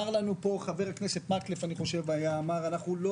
אני חושב שחבר הכנסת מקלב אמר: אנחנו לא